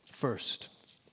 First